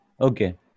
Okay